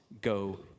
go